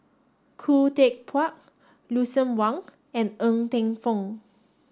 Khoo Teck Puat Lucien Wang and Ng Teng Fong